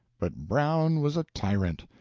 but brown was a tyrant.